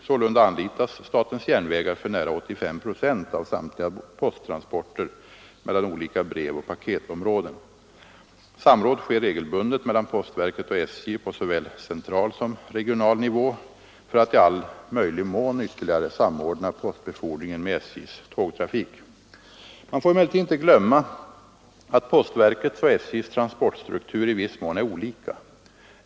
Sålunda anlitas SJ för nära 85 procent av samtliga posttransporter mellan olika brevoch paketområden. Samråd sker regelbundet mellan postverket och SJ på såväl central som regional nivå för att i all möjlig mån ytterligare samordna postbefordringen med SJ:s tågtrafik. Man får emellertid inte glömma att postverkets och SJ:s transportstruktur i viss mån är olika.